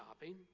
shopping